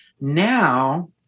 now